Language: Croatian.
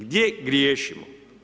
Gdje griješimo?